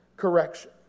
Correction